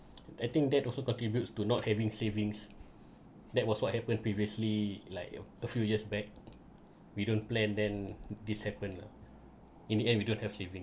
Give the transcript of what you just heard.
I think that also contributes to not having savings that was what happened previously like a few years back we don't plan then this happen lah in the end we don't have saving